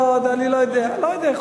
לא יודע, לא יודע.